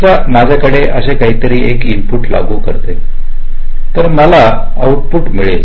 समजा माझ्याकडे अशीतर मी एक इनपुट लागू करते तर मला आउटपुट मिळेल